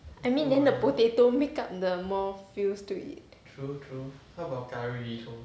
I mean then the potato make up the more feels to it